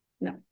No